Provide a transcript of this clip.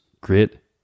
grit